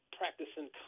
practicing